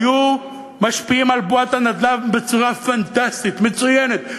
היה משפיע על בועת הנדל"ן בצורה פנטסטית, מצוינת.